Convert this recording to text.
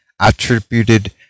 attributed